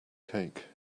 cake